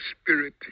spirit